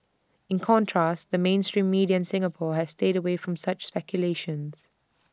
in contrast the mainstream media Singapore has stayed away from such speculation